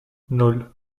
nan